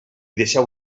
deixeu